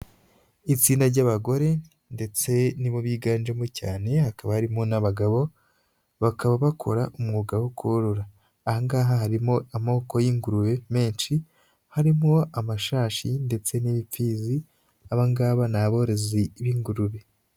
Itsinda ry'abagore ndetse ni bo biganjemo cyane hakaba harimo n'abagabo bakaba bakora umwuga wo korora, aha ngaha harimo amoko y'ingurube menshi harimo amashashi ndetse n'imfizi, aba ngaba ni aborozi b'ingurube.